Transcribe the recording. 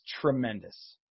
tremendous